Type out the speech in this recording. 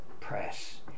press